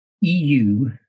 EU